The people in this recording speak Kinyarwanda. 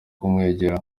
kumwegera